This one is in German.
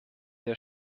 der